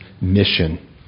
mission